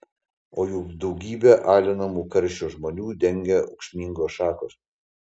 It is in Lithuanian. o juk daugybę alinamų karščio žmonių dengia ūksmingos šakos